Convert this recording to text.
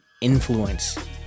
influence